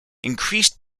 increased